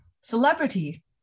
celebrity